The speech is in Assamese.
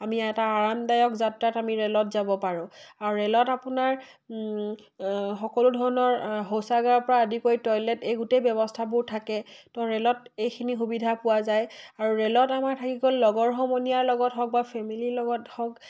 আমি এটা আৰামদায়ক যাত্ৰাত আমি ৰে'লত যাব পাৰোঁ আৰু ৰেলত আপোনাৰ সকলো ধৰণৰ শৌচাগাৰৰ পৰা আদি কৰি টয়লেট এই গোটেই ব্যৱস্থাবোৰ থাকে তো ৰেলত এইখিনি সুবিধা পোৱা যায় আৰু ৰে'লত আমাৰ থাকি গ'ল লগৰ সমনীয়াৰ লগত হওক বা ফেমিলিৰ লগত হওক